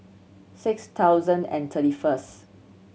six thousand and thirty first